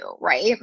right